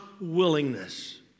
willingness